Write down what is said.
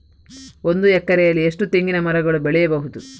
ಒಂದು ಎಕರೆಯಲ್ಲಿ ಎಷ್ಟು ತೆಂಗಿನಮರಗಳು ಬೆಳೆಯಬಹುದು?